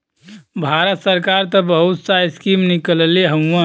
भारत सरकार त बहुत सा स्कीम निकलले हउवन